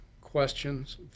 questions